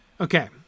Okay